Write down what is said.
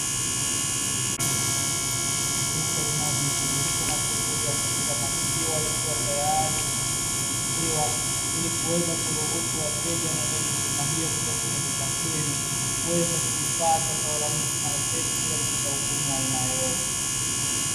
Duka linalojishughulisha na shughuli ya kuuza maziwa likiwa tayari limekwishafunguliwa, ili kuweza kuruhusu wateja wanaohitaji huduma hiyo kutoka kwenye duka hili, kuweza kuipata kwa urahisi na wepesi, bila kupata ugumu wa aina yoyote.